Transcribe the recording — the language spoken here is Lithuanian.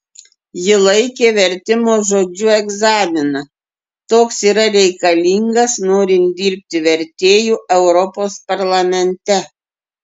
ji laikė vertimo žodžiu egzaminą toks yra reikalingas norint dirbti vertėju europos parlamente